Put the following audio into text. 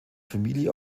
familie